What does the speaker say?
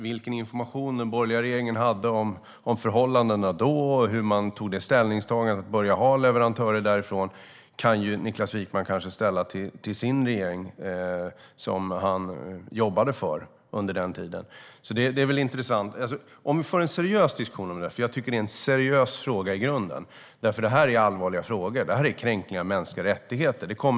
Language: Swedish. Vilken information den borgerliga regeringen hade om förhållandena då och hur man tog beslutet att börja anlita leverantörer därifrån får nog Niklas Wykman ställa till den regering han jobbade för under denna tid. Vi kan föra en seriös diskussion om detta, för jag tycker att det är en seriös fråga i grunden. Detta är allvarliga frågor - det är kränkningar av mänskliga rättigheter.